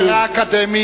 נכון שהאווירה אקדמית,